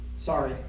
sorry